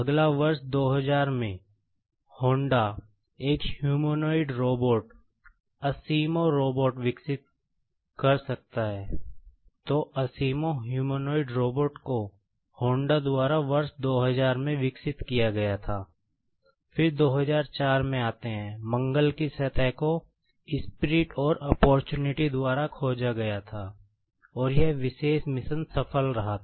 अगला वर्ष 2000 में होंडा NASA USA द्वारा मंगल पर भेजा गया था और यह विशेष मिशन सफल रहा था